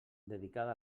dedicada